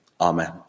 amen